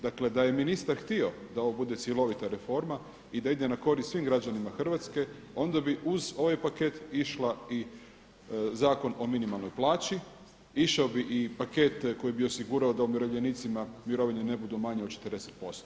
Dakle da je ministar htio da ovo bude cjelovita reforma i da ide na korist svim građanima Hrvatske onda bi uz ovaj paket išla i Zakon o minimalnoj plaći, išao bi i paket koji bi osigurao da umirovljenicima mirovine ne budu manje od 40%